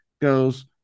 goes